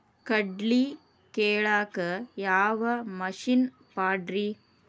ಕಡ್ಲಿ ಕೇಳಾಕ ಯಾವ ಮಿಷನ್ ಪಾಡ್ರಿ?